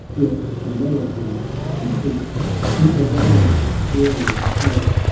yet a melody complete in a wild, uproarious mirth,